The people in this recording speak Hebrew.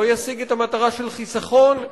לא ישיג את המטרה של חיסכון,